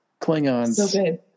Klingons